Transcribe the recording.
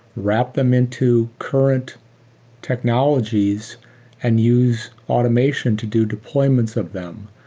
wrap them into current technologies and use automation to do deployments of them.